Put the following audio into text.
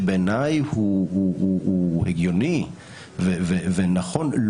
שבעיניי הוא הגיוני ונכון,